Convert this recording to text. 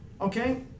Okay